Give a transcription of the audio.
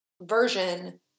version